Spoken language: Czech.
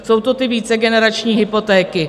Jsou to ty vícegenerační hypotéky.